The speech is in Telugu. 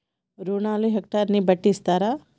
రుణాలు హెక్టర్ ని బట్టి ఇస్తారా?